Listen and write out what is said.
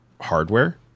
hardware